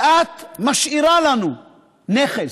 ואת משאירה לנו נכס,